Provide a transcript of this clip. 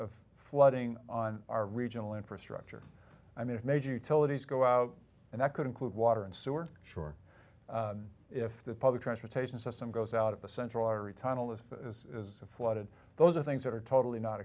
of flooding on our regional infrastructure i mean if major utilities go out and that could include water and sewer sure if the public transportation system goes out of the central artery tunnel is flooded those are things that are totally not